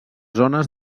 zones